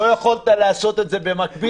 לא יכולת לעשות את זה במקביל,